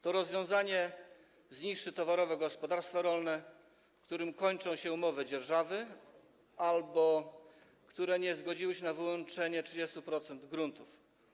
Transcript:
To rozwiązanie zniszczy towarowe gospodarstwa rolne, którym kończą się umowy dzierżawy albo które nie zgodziły się na wyłączenie 30% gruntów.